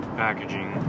packaging